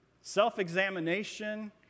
Self-examination